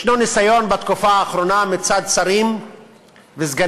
יש ניסיון בתקופה האחרונה מצד שרים וסגני